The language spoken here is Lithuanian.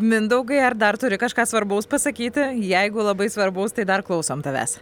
mindaugai ar dar turi kažką svarbaus pasakyti jeigu labai svarbaus tai dar klausom tavęs